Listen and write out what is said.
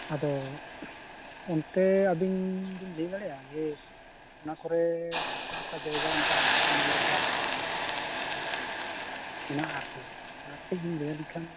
ᱟᱫᱚ ᱚᱱᱛᱮ ᱟᱵᱤᱱ ᱞᱟᱹᱭ ᱫᱟᱲᱮᱭᱟᱜᱼᱟ ᱡᱮ ᱚᱱᱟ ᱠᱚᱨᱮ ᱚᱠᱟ ᱚᱠᱟ ᱡᱟᱭᱜᱟ ᱧᱮᱞ ᱞᱮᱠᱟ ᱥᱮ ᱫᱟᱲᱟᱱ ᱞᱮᱠᱟ ᱢᱮᱱᱟᱜᱼᱟ ᱟᱨᱠᱤ ᱚᱱᱟ ᱠᱟᱹᱴᱤᱡ ᱵᱮᱱ ᱞᱟᱹᱭᱟᱞᱤᱧ ᱠᱷᱟᱱ